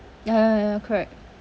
ya ya ya correct